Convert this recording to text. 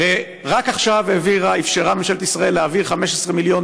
הרי רק עכשיו אפשרה ממשלת ישראל להעביר 15 מיליון